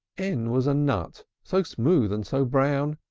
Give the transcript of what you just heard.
n was a nut so smooth and so brown!